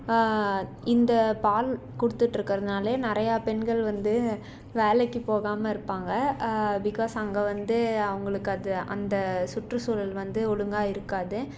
இந்த பால் கொடுத்துட்ருக்கறதுனாலே நிறையா பெண்கள் வந்து வேலைக்கு போகாமல் இருப்பாங்க பிகாஸ் அங்க வந்து அவங்களுக்கு அது அந்த சுற்றுசூழல் வந்து ஒழுங்காக இருக்காது